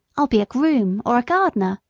i'll be a groom or a gardener.